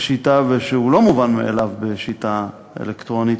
השיטה ושהוא לא מובן מאליו בשיטה אלקטרונית,